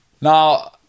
Now